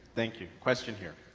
thank you, question here.